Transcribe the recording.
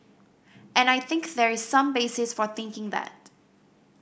and I think there is some basis for thinking that